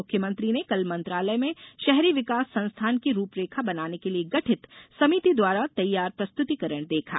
मुख्यमंत्री ने कल मंत्रालय में शहरी विकास संस्थान की रूपरेखा बनाने के लिए गठित समिति द्वारा तैयार प्रस्तुतिकरण देखा